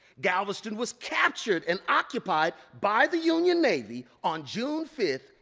galveston was captured and occupied by the union navy on june five,